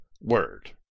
word